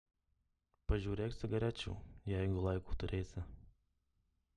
pažiūrėk cigarečių jeigu laiko turėsi